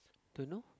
don't know